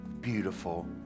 beautiful